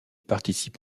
participe